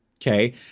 Okay